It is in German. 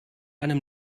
einem